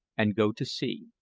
and go to sea.